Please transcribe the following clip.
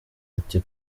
ati